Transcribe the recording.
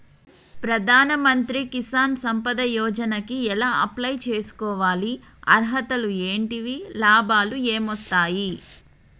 ప్రధాన మంత్రి కిసాన్ సంపద యోజన కి ఎలా అప్లయ్ చేసుకోవాలి? అర్హతలు ఏంటివి? లాభాలు ఏమొస్తాయి?